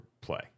play